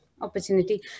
Opportunity